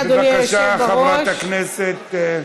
בבקשה, חברת הכנסת.